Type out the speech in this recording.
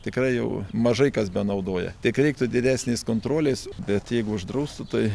tikrai jau mažai kas benaudoja tik reiktų didesnės kontrolės bet jeigu uždraustų tai